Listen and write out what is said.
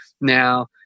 Now